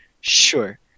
Sure